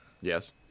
Yes